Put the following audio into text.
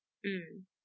mmhmm